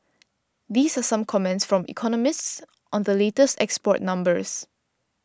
these are some comments from economists on the latest export numbers